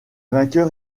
vainqueur